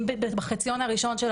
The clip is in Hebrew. אם בחציון הראשון של